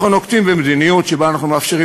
אנחנו נוקטים מדיניות שאנחנו מאפשרים